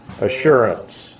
assurance